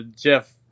Jeff